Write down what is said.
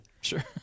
Sure